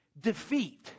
defeat